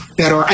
pero